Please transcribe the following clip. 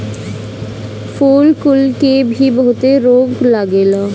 फूल कुल के भी बहुते रोग लागेला